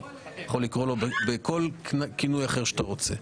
אתה יכול לקרוא לו בכל כינוי אחר שאתה רוצה.